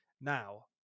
now